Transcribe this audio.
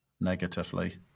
negatively